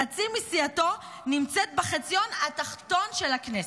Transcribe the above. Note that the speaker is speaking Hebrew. חצי מסיעתו נמצאת בחציון התחתון של הכנסת.